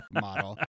model